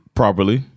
properly